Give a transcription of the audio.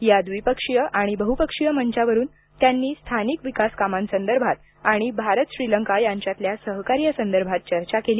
या द्विपक्षीय आणि बहुपक्षीय मंचावरून त्यांनी स्थानिक विकास कामांसदर्भात आणि भारत श्रीलंका यांच्यातल्या सहकार्यासंदर्भात चर्चा केली